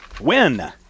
Win